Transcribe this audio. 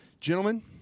gentlemen